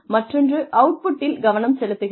மற்றொன்று அவுட்புட்டில் கவனம் செலுத்துகிறது